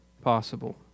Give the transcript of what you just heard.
possible